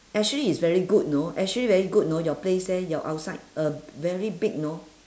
actually is very good know actually very good know your place there your outside uh very big know